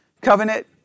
covenant